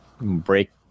break